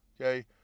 Okay